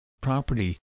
property